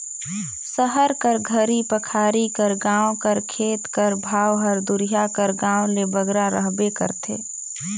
सहर कर घरी पखारी कर गाँव कर खेत कर भाव हर दुरिहां कर गाँव ले बगरा रहबे करथे